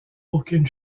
aucune